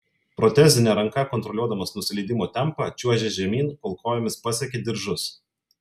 protezine ranka kontroliuodamas nusileidimo tempą čiuožė žemyn kol kojomis pasiekė diržus